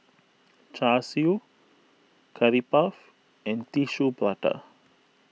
Char Siu Curry Puff and Tissue Prata